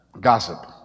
Gossip